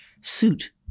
suit